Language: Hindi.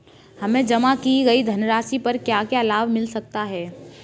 हमें जमा की गई धनराशि पर क्या क्या लाभ मिल सकता है?